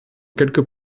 quelques